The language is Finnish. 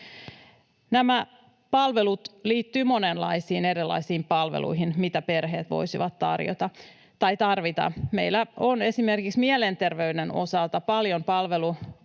Nämä palvelut liittyvät monenlaisiin erilaisiin palveluihin, joita perheet voisivat tarvita. Meillä on esimerkiksi mielenterveyden osalta paljon palvelupuutetta